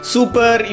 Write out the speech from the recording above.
Super